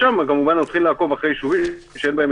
כמובן שהוא לא בעייתי.